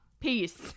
peace